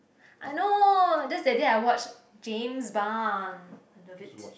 I know just that day I watched James-Bond I love it